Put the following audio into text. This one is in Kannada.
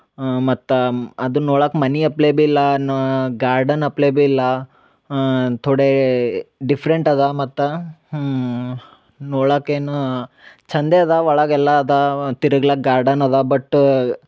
ಮತ್ತು ಅದನ್ನ ನೋಳಾಕೆ ಮನೆ ಅಪ್ಲೆ ಬಿ ಇಲ್ಲಾ ಅನ್ನೋ ಗಾರ್ಡನ್ ಅಪ್ಲೆ ಬಿ ಇಲ್ಲ ಥೊಡೇ ಡಿಫ್ರೆಂಟ್ ಅದ ಮತ್ತು ನೋಳಾಕ್ ಏನು ಚಂದೆ ಅದ ಒಳಗೆ ಎಲ್ಲ ಅದಾವ ತಿರುಗ್ಲಕ್ ಗಾರ್ಡನ್ ಅದ ಬಟ್